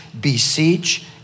beseech